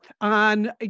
on